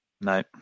No